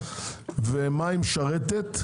ומה היא משרתת,